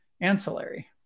ancillary